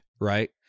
right